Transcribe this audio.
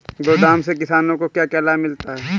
गोदाम से किसानों को क्या क्या लाभ मिलता है?